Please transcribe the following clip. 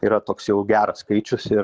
yra toks jau geras skaičius ir